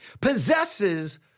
possesses